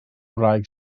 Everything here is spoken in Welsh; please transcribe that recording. wraig